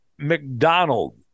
McDonald